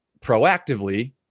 proactively